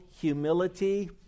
humility